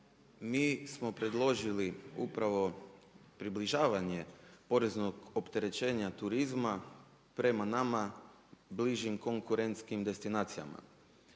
Mi smo predložili upravo približavanje poreznog opterećenja turizma prema nama bližim konkurentskim destinacijama.